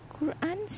Quran